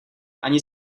ani